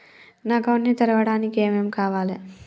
నా అకౌంట్ ని తెరవడానికి ఏం ఏం కావాలే?